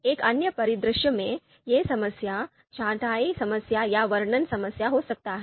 एक अन्य परिदृश्य में यह समस्या छँटाई समस्या या वर्णन समस्या हो सकती है